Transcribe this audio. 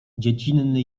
dziecinny